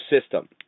system